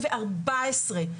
ובסמסטר האחרון שאלתי: